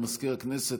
תודה למזכיר הכנסת.